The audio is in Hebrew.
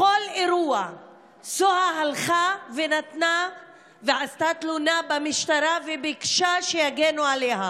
בכל אירוע סוהא הלכה והגישה תלונה במשטרה וביקשה שיגנו עליה.